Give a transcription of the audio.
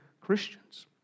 Christians